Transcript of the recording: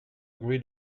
agree